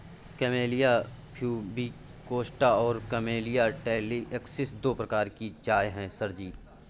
camellia pubicosta और camellia taliensis दो प्रकार की चाय है सर जी